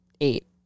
eight